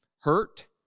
hurt